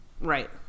Right